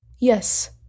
Yes